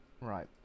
Right